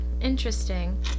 Interesting